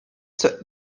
zur